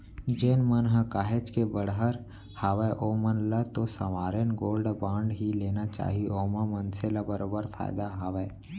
जेन मन ह काहेच के बड़हर हावय ओमन ल तो साँवरेन गोल्ड बांड ही लेना चाही ओमा मनसे ल बरोबर फायदा हावय